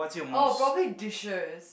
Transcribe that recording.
oh probably dishes